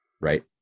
Right